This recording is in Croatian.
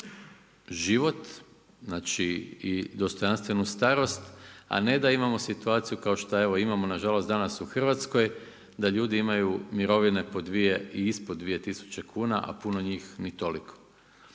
život i dostojanstvenu starost, a ne da imamo situaciju kao što imamo nažalost danas u Hrvatskoj, da ljudi imaju mirovine po 2 i ispod 2 tisuće kuna, a puno njih ni toliko.